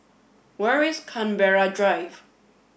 where is Canberra Drive